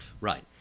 Right